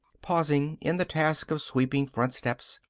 pausing in the task of sweeping front steps,